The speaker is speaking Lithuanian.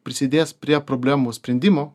prisidės prie problemų sprendimo